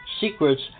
secrets